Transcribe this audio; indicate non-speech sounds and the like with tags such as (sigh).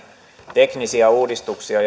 teknisiä uudistuksia (unintelligible)